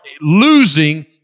losing